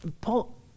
Paul